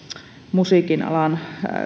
musiikin alan